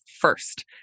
first